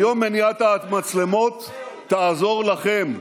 היום מניעת המצלמות תעזור לכם.